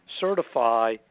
certify